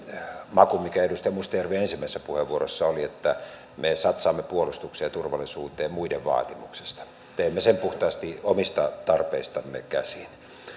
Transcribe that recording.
maku mikä edustaja mustajärven ensimmäisessä puheenvuorossa oli että me satsaamme puolustukseen ja turvallisuuteen muiden vaatimuksesta teemme sen puhtaasti omista tarpeistamme käsin